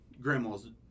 grandma's